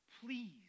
Please